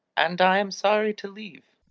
and i am sorry to leave.